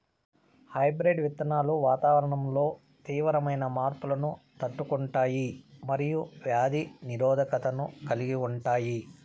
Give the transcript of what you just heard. hybrid విత్తనాలు వాతావరణంలో తీవ్రమైన మార్పులను తట్టుకుంటాయి మరియు వ్యాధి నిరోధకతను కలిగి ఉంటాయి